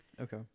Okay